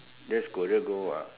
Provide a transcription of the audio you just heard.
that's career goal what